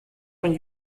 von